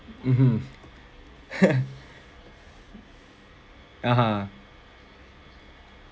mmhmm (uh huh)